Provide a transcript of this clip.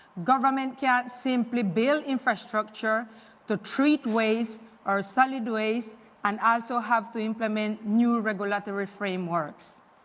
governments can't simply build infrastructure to treat waste or solid waste and also have to implement new regulatory frameworks.